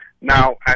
now